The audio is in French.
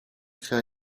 créa